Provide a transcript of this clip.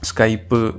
Skype